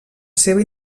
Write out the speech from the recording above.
seva